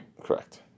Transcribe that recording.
Correct